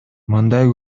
мындай